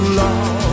love